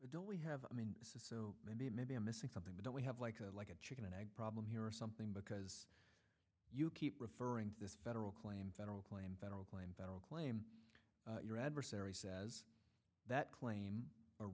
do we have i mean this is so maybe maybe i'm missing something but don't we have like a like a dog and egg problem here or something because you keep referring to this federal claim federal claim federal claim federal claim your adversary says that claim